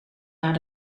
naar